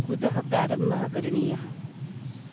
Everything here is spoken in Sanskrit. कुतः प्रारम्भः करणीयः